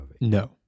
No